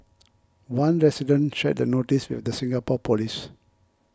one resident shared the notice with the Singapore police